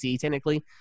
technically